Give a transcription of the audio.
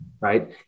right